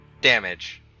damage